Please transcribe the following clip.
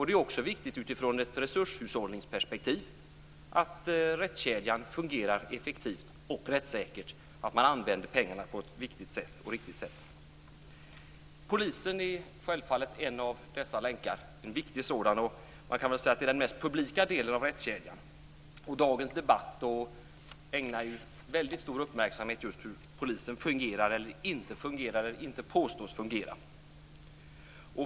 Det är också viktigt utifrån ett resurshushållningsperspektiv att rättskedjan fungerar effektivt och rättsäkert och att man använder pengarna på ett riktigt sätt. Polisen är självfallet en av dessa länkar, och en viktig sådan. Det är den mest publika delen av rättskedjan. I dagens debatt ägnas väldigt stor uppmärksamhet åt hur polisen fungerar, inte fungerar eller inte påstås fungera.